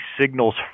signals